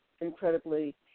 incredibly